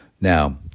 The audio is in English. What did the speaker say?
Now